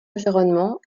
environnant